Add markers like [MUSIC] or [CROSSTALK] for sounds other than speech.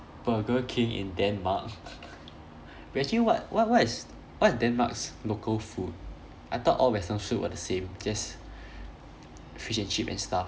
burger king in denmark [LAUGHS] actually what what what is what is denmark's local food I thought all western food are the same just fish and chips and stuff